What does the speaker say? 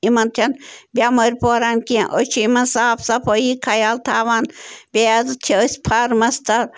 یِمَن چھَنہٕ بٮ۪مٲرۍ پوران کیٚنٛہہ أسۍ چھِ یِمَن صاف صفٲیی خیال تھاوان بیٚیہِ حظ چھِ أسۍ فارمَس